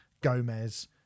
gomez